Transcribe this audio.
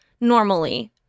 normally